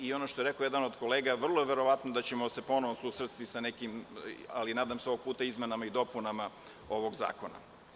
Ono što je rekao jedan od kolega, vrlo je verovatno da ćemo se ponovo susresti sa nekim, ali nadam se ovog puta izmenama i dopunama ovog zakona.